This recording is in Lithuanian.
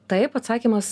taip atsakymas